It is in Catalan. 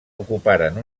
ocuparen